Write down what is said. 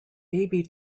baby